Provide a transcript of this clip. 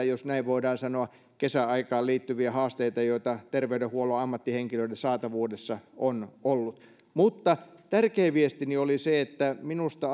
jos näin voidaan sanoa kesäaikaan liittyviä haasteita joita terveydenhuollon ammattihenkilöiden saatavuudessa on ollut mutta tärkein viestini oli se että minusta